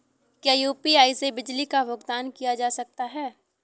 क्या यू.पी.आई से बिजली बिल का भुगतान किया जा सकता है?